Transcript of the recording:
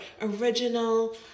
original